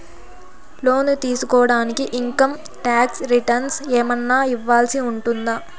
లోను తీసుకోడానికి income tax returns ఏమన్నా ఇవ్వాల్సి ఉంటుందా